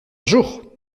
jour